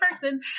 person